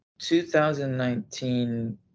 2019